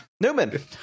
Newman